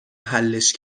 حلش